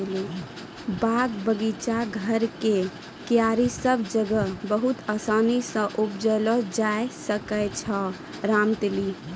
बाग, बगीचा, घर के क्यारी सब जगह बहुत आसानी सॅ उपजैलो जाय ल सकै छो रामतिल